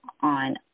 on